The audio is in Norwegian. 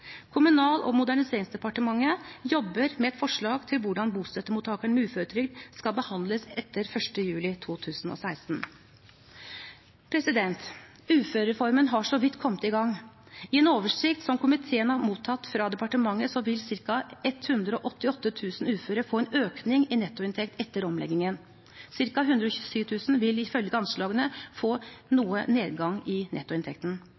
Kommunal- og moderniseringsdepartementet jobber med et forslag til hvordan bostøttemottakere med uføretrygd skal behandles etter 1. juli 2016. Uførereformen har så vidt kommet i gang. Ifølge en oversikt som komiteen har mottatt fra departementet, vil ca. 188 000 uføre få en økning i nettoinntekt etter omleggingen. Ca. 127 000 vil ifølge anslagene få noe nedgang i nettoinntekten,